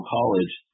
College